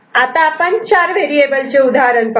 आता आपण चार व्हेरिएबल चे उदाहरण पाहू